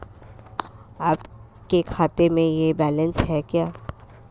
आपके खाते में यह बैलेंस है क्या?